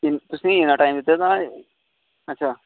तुसें गी इन्ना टाइम दित्ते दा हा अच्छा